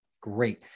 Great